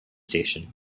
station